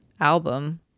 album